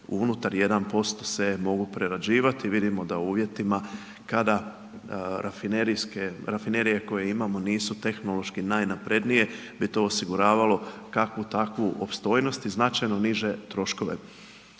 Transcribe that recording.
unutar 1% se mogu prerađivati. Vidimo da u uvjetima, kada rafinerije koje imamo nisu tehnološki najnaprednije, bi to osiguravalo takvu takvu opstojnost i značajno niže troškove.